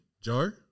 Joe